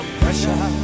pressure